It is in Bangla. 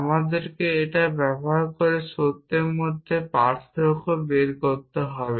আমাদেরকে এটা ব্যবহার করে সত্যের মধ্যে পার্থক্য বের করতে হবে